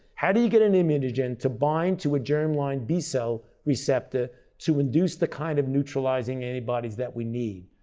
how do you get an immunogen to bind to germline b-cell receptor to induce the kind of neutralizing antibodies that we need.